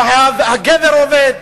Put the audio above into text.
הגבר עובד,